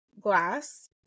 glass